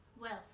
wealth